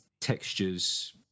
textures